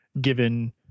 given